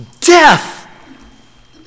death